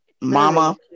Mama